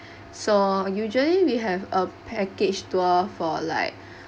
so usually we have a package tour for like